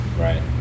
Right